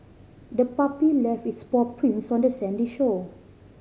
the puppy left its paw prints on the sandy shore